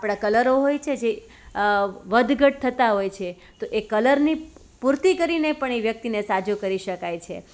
આપણા કલરો હોય છે જે વધ ઘટ થતા હોય છે તો એ કલરની પૂરતી કરીને પણ એ વ્યક્તિને સાજો કરી શકાય છે